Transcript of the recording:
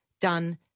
done